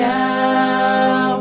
now